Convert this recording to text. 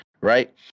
right